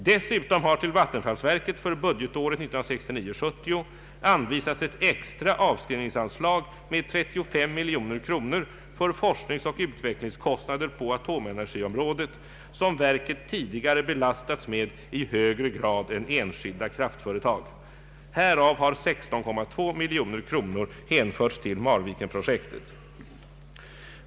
Dessutom har till vattenfallsverket för budgetåret 1969/70 anvisats ett extra avskrivningsanslag med 35 miljoner kronor för forskningsoch utvecklingskostnader på atomenergiområdet som verket tidigare belastats med i högre grad än enskilda kraftföretag. Härav har 16,2 miljoner kronor hänförts till Marvikenprojektet.